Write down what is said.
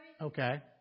Okay